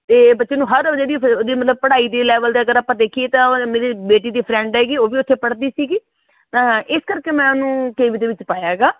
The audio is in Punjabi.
ਅਤੇ ਬੱਚੇ ਨੂੰ ਹਰ ਜਿਹੜੀ ਉਹਦੀ ਮਤਲਵ ਪੜ੍ਹਾਈ ਦੇ ਲੈਵਲ 'ਤੇ ਅਗਰ ਆਪਾਂ ਦੇਖੀਏ ਤਾਂ ਮੇਰੀ ਬੇਟੀ ਦੀ ਫਰੈਂਡ ਹੈਗੀ ਉਹ ਵੀ ਉੱਥੇ ਪੜ੍ਹਦੀ ਸੀਗੀ ਤਾਂ ਇਸ ਕਰਕੇ ਮੈਂ ਉਹਨੂੰ ਕੇ ਵੀ ਦੇ ਵਿੱਚ ਪਾਇਆ ਹੈਗਾ